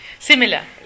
Similar